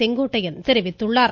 செங்கோட்டையன் தெரிவித்துள்ளார்